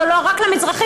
או לא רק למזרחים,